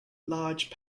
large